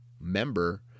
member